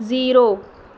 zero